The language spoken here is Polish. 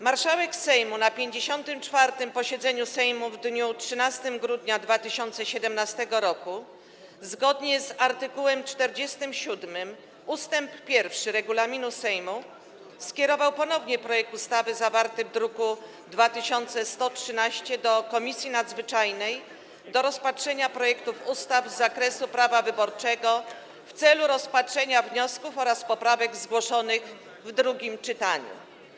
Marszałek Sejmu na 54. posiedzeniu Sejmu w dniu 13 grudnia 2017 r. zgodnie z art. 47 ust. 1 regulaminu Sejmu skierował ponownie projekt ustawy zawarty w druku nr 2113 do Komisji Nadzwyczajnej do rozpatrzenia projektów ustaw z zakresu prawa wyborczego w celu rozpatrzenia wniosków oraz poprawek zgłoszonych w drugim czytaniu.